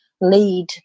lead